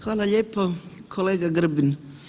Hvala lijepo kolega Grbin.